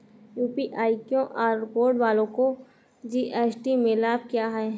UPI QR code वालों को GST में लाभ क्या है?